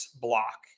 block